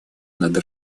над